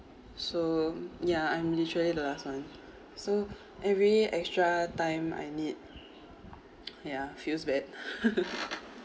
so yeah I'm literally the last one so every extra time I need ya feels bad